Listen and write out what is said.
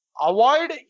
avoid